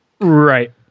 Right